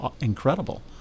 incredible